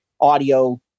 audio